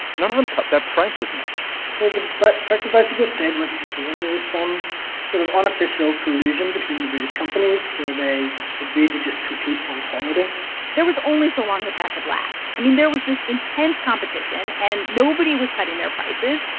none of them cut their prices much so the but price of bicycles stayed much the same. there was some sort of unofficial collusion between the british companies, where they agreed to just compete on quality there was only so long that that could last. i mean, there was this intense competition, and nobody was cutting their prices.